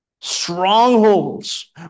strongholds